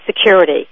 security